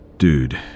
Dude